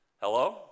Hello